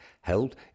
held